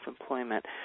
employment